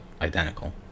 identical